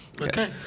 Okay